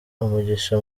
umugisha